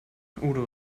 udo